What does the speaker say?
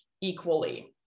equally